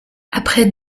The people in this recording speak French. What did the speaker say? après